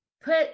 put